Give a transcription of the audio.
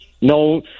No